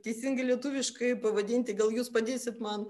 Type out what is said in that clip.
teisingai lietuviškai pavadinti gal jūs padėsit man